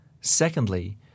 Secondly